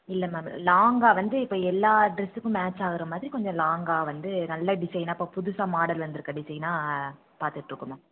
இல்லை மேம் லாங்காக வந்து இப்போ எல்லா ட்ரெஸ்ஸுக்கும் மேட்ச் ஆகற மாதிரி கொஞ்சம் லாங்காக வந்து நல்ல டிசைனாக இப்போ புதுசாக மாடல் வந்துருக்க டிசைனாக பார்த்துட்ருக்கோம் மேம்